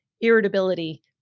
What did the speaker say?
irritability